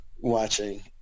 watching